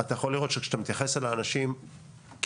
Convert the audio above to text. אתה יכול לראות שאתה מתייחס אל האנשים כאנשים.